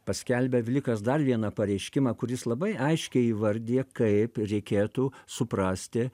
paskelbė vlikas dar vieną pareiškimą kuris labai aiškiai įvardija kaip reikėtų suprasti